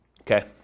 Okay